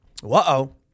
Whoa